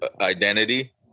identity